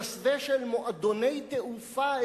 במסווה של מועדוני תעופה,